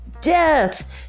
Death